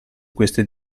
queste